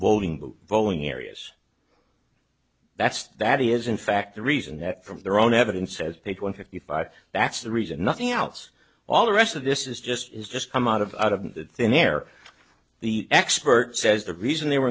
voting booth polling areas that's that is in fact the reason that from their own evidence says page one fifty five that's the reason nothing else all the rest of this is just is just come out of out of that thin air the expert says the reason they were